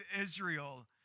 Israel